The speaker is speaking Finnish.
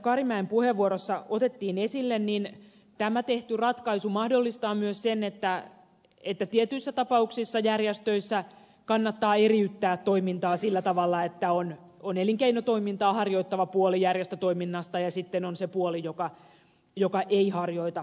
karimäen puheenvuorossa otettiin esille niin tämä tehty ratkaisu mahdollistaa myös sen että tietyissä tapauksissa järjestöissä kannattaa eriyttää toimintaa sillä tavalla että on elinkeinotoimintaa harjoittava puoli järjestötoiminnasta ja sitten on se puoli joka ei harjoita elinkeinotoimintaa